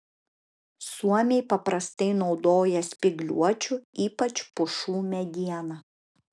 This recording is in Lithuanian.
suomiai paprastai naudoja spygliuočių ypač pušų medieną